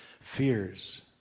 fears